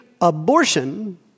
abortion